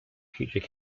future